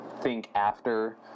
think-after